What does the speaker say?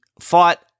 fought